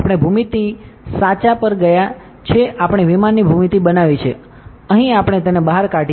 આપણે ભૂમિતિ સાચા પર ગયા છે આપણે વિમાનની ભૂમિતિ બનાવી છે પછી આપણે તેને બહાર કા